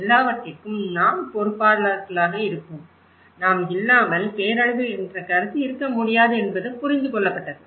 எல்லாவற்றிற்கும் நாம் பொறுப்பாளர்களாக இருப்போம் நாம் இல்லாமல் பேரழிவு என்ற கருத்து இருக்க முடியாது என்பது புரிந்து கொள்ளப்பட்டது